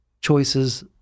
choices